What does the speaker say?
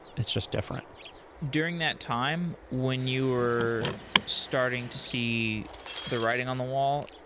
it's just different during that time when you were starting to see the writing on the wall,